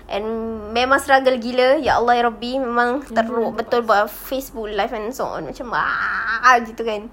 and memang struggle ya allah ya rabbi buat facebook live and so on macam ma~ gitu kan